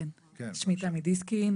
שמי תמי דיסקין,